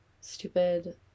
stupid